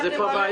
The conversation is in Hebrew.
אז איפה הבעיה?